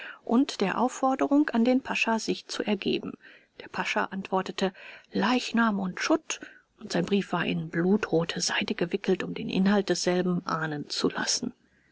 und der aufforderung an den pascha sich zu ergeben der pascha antwortete leichnam und schutt und sein brief war in blutrote seide gewickelt um den inhalt desselben ahnen zu lassen